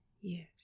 years